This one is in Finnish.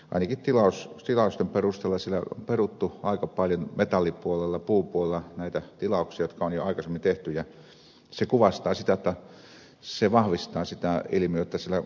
siellä on peruttu metallipuolella ja puupuolella aika paljon näitä tilauksia jotka on jo aikaisemmin tehty ja se vahvistaa sitä ilmiötä jotta siellä korttipakka kaatuu